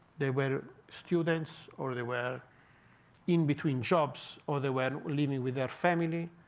they were students, or they were in between jobs. or they were living with their family.